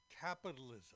capitalism